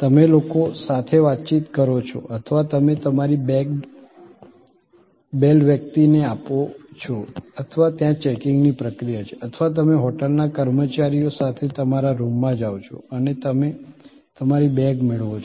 તમે લોકો સાથે વાતચીત કરો છો અથવા તમે તમારી બેગ બેલ વ્યક્તિને આપો છો અથવા ત્યાં ચેકિંગની પ્રક્રિયા છે અથવા તમે હોટલના કર્મચારીઓ સાથે તમારા રૂમમાં જાઓ છો અને તમે તમારી બેગ મેળવો છો